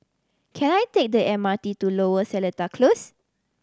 can I take the M R T to Lower Seletar Close